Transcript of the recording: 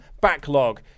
Backlog